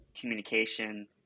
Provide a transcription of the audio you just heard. communication